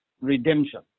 redemption